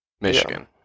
Michigan